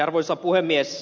arvoisa puhemies